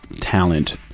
talent